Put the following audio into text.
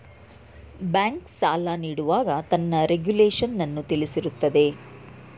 bank, ಸಾಲ ನೀಡುವಾಗ ತನ್ನ ರೆಗುಲೇಶನ್ನನ್ನು ತಿಳಿಸಿರುತ್ತದೆ